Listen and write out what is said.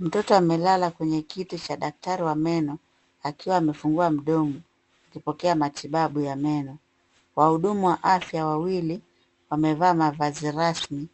Mtoto amelala kwenye kiti cha daktari wa meno akiwa amefungua mdomo akipokea matibabu ya meno. Wahudumu wa afya wawili wamevaa mavazi rasmi